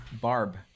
Barb